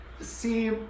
See